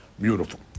Beautiful